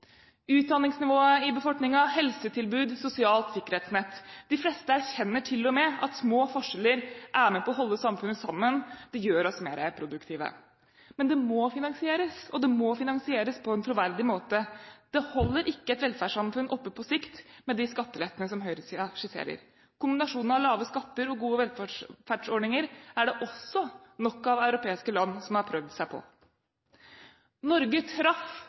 utdanningsnivået i befolkningen, helsetilbud, sosialt sikkerhetsnett. De fleste erkjenner til og med at små forskjeller er med på å holde samfunnet sammen og gjøre oss mer produktive. Men det må finansieres, og det må finansieres på en troverdig måte. Det holder ikke et velferdssamfunn oppe på sikt med de skattelettene høyresiden skisserer. Kombinasjonen av lave skatter og gode velferdsordninger er det også nok av europeiske land som har prøvd seg på. Norge traff